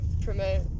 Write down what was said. promote